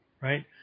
right